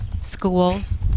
schools